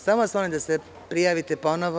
Samo vas molim da se prijavite ponovo.